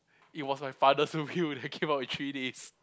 it was my father's that came out in three days